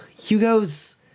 Hugo's